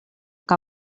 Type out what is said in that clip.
que